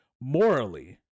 Morally